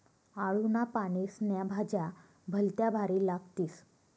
आळूना पानेस्न्या भज्या भलत्या भारी लागतीस